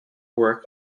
work